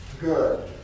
good